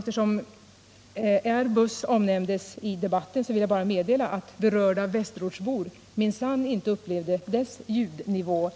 Eftersom Airbus omnämndes i debatten vill jag medela att berörda Västerortsbor minsann inte upplevde dess ljudnivå